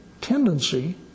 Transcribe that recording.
tendency